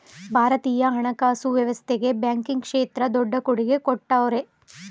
ಭಾರತದ ಹಣಕಾಸು ವ್ಯವಸ್ಥೆಗೆ ಬ್ಯಾಂಕಿಂಗ್ ಕ್ಷೇತ್ರ ದೊಡ್ಡ ಕೊಡುಗೆ ಕೊಟ್ಟವ್ರೆ